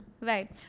Right